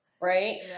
right